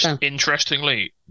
interestingly